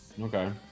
Okay